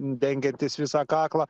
dengiantis visą kaklą